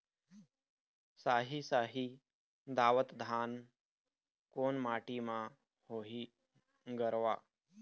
साही शाही दावत धान कोन माटी म होही गरवा?